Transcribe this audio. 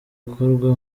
gukorwa